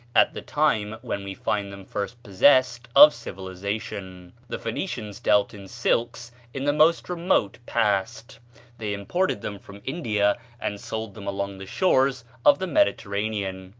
at the time when we find them first possessed of civilization. the phoenicians dealt in silks in the most remote past they imported them from india and sold them along the shores of the mediterranean.